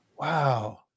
Wow